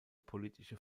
politische